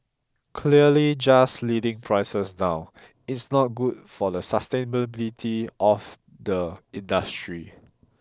clearly just leading prices down it's not good for the sustainability of the industry